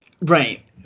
Right